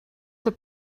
have